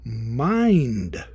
mind